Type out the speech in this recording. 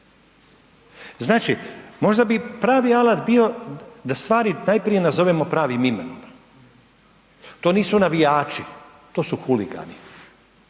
Znači možda bi pravi alat bio da stvari najprije nazovemo pravim imenom, to nisu navijači, to su huligani.